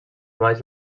baix